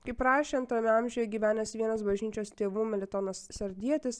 kaip rašė antrame amžiuje gyvenęs vienas bažnyčios tėvų melitonas sardietis